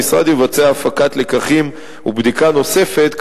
המשרד יבצע הפקת לקחים ובדיקה נוספת,